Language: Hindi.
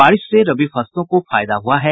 बारिश से रबी फसलों को फायदा हुआ है